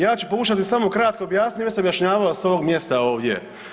Ja ću pokušati samo kratko objasniti, već sam objašnjavao sa ovog mjesta ovdje.